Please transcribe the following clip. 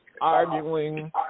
arguing